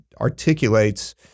articulates